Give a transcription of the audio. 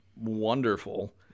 wonderful